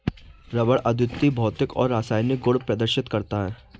rubber अद्वितीय भौतिक और रासायनिक गुण प्रदर्शित करता है